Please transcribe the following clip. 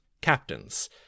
captains